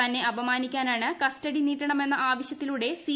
തന്നെ അപ്മാനിക്കാനാണ് കസ്റ്റഡി നീട്ടണമെന്ന ആവശ്യത്തിലൂടെ സി